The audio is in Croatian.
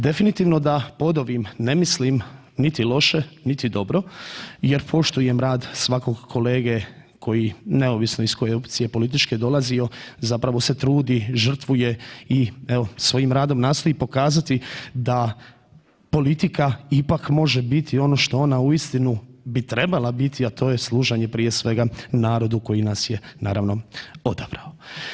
Definitivno da pod ovim ne mislim niti loše, niti dobro jer poštujem rad svakog kolege koji neovisno iz koje opcije političke opcije dolazio zapravo se trudi, žrtvuje i evo svojim radom nastoji pokazati da politika ipak može biti ono što ona uistinu bi trebala biti, a to je služenje prije svega narodu koji nas je naravno odabrao.